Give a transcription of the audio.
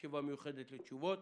ישיבה מיוחדת עם תשובות